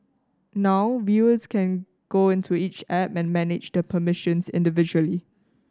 now viewers can go into each app and manage the permissions individually